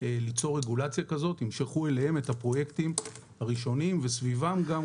ליצור רגולציה כזאת ימשכו אליהן את הפרויקטים הראשונים וסביבם גם,